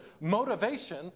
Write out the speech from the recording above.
motivation